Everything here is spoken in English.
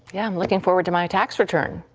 yeah, looking forward to my tax return.